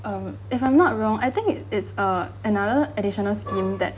um if I'm not wrong I think it's a another additional scheme that